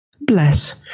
bless